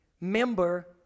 member